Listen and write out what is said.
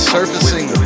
Surfacing